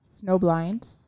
Snowblind